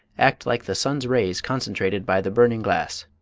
act like the sun's rays concentrated by the burning glass.